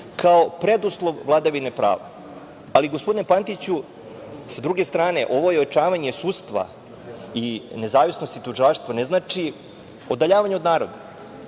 kao preduslov vladavine prava. Gospodine Pantiću, sa druge strane ovo je ojačavanje sudstva i nezavisnosti tužilaštva ne znači udaljavanje od naroda